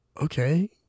okay